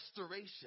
restoration